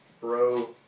Bro